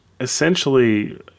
essentially